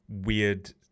weird